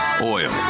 oil